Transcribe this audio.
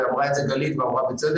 ואמרה את זה גלית בצדק,